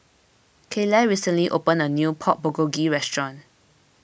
Kayleigh recently opened a new Pork Bulgogi restaurant